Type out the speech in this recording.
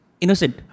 innocent